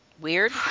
weird